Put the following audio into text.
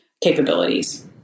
capabilities